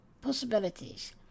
Possibilities